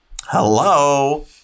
Hello